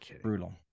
Brutal